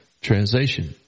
Translation